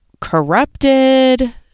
corrupted